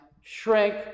shrink